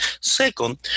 Second